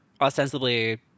ostensibly